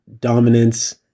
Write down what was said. dominance